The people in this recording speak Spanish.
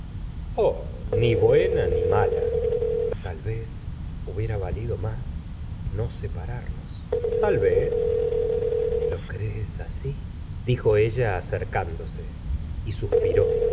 ni buena ni mala tal vez hubiera valido más no separarnos tal vez lo crees asi dijo ella acercándose y suspiró